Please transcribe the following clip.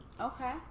Okay